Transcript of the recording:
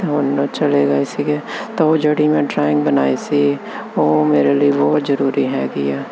ਚਲੇ ਗਏ ਸੀਗੇ ਤਾਂ ਉਹ ਜਿਹੜੀ ਮੈਂ ਡਰਾਇੰਗ ਬਣਾਈ ਸੀ ਉਹ ਮੇਰੇ ਲਈ ਬਹੁਤ ਜਰੂਰੀ ਹੈਗੀ ਆ